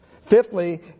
Fifthly